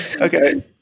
Okay